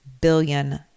billion